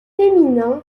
féminin